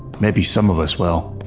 maybe some of us will.